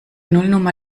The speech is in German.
nullnummer